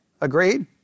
Agreed